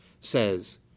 says